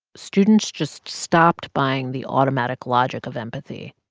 students just stopped buying the automatic logic of empathy.